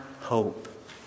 hope